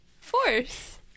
force